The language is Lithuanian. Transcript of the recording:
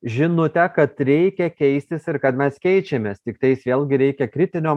žinutę kad reikia keistis ir kad mes keičiamės tiktais vėlgi reikia kritinio